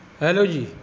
hello ਜੀ